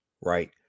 right